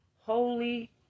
Holy